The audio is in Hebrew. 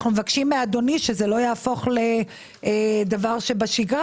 אנחנו מבקשים מאדוני שזה לא יהפוך לדבר שבשגרה